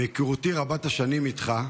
מהיכרותי רבת-השנים איתך,